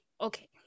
okay